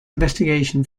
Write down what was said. investigation